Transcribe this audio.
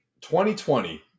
2020